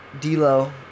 D-Lo